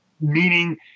meaning